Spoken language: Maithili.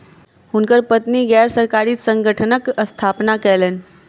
हुनकर पत्नी गैर सरकारी संगठनक स्थापना कयलैन